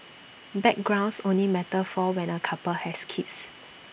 backgrounds only matter for when A couple has kids